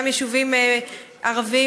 גם יישובים ערביים,